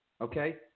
okay